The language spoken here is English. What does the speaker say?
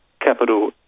capital